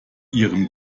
ihrem